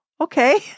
okay